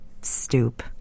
stoop